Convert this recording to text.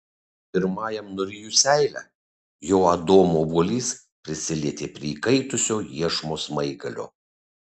pirmajam nurijus seilę jo adomo obuolys prisilietė prie įkaitusio iešmo smaigalio